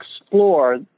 explore